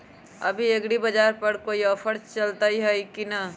अभी एग्रीबाजार पर कोई ऑफर चलतई हई की न?